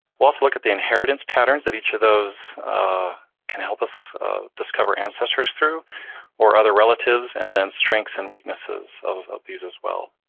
we'll also like at the inheritance patterns that each of those can help us discover ancestors through or other relatives, and then strengths and weaknesses of of these as well.